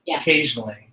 occasionally